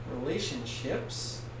relationships